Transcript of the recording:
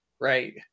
right